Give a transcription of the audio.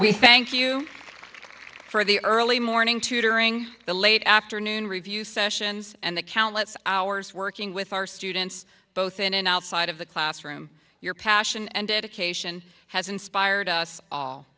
we thank you for the early morning tutoring the late afternoon review sessions and the countless hours working with our students both in and outside of the classroom your passion and dedication has inspired us all